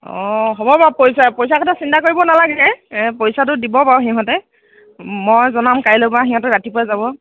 অঁ হ'ব বাৰু মই পইচা পইচাৰ কথা চিন্তা কৰিব নালাগে পইচাটো দিব বাৰু সিহঁতে মই জনাম কাইলৈ বাৰু সিহঁতে ৰাতিপুৱাই যাব